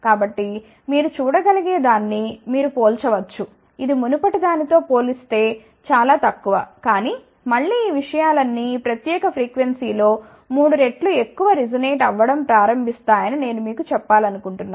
కాబట్టి మీరు చూడగలిగేదాన్ని మీరు పోల్చవచ్చు ఇది మునుపటి దానితో పోల్చితే చాలా తక్కువ కానీ మళ్ళీ ఈ విషయాలన్నీ ఈ ప్రత్యేక ఫ్రీక్వెన్సీ లో మూడు రెట్లు ఎక్కువ రెసొనేట్ అవ్వడం ప్రారంభిస్తాయని నేను మీకు చెప్పాలనుకుంటున్నాను